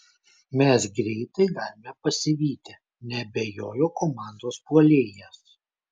mes greitai galime pasivyti neabejojo komandos puolėjas